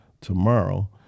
tomorrow